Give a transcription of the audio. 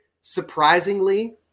surprisingly